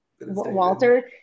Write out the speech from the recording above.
walter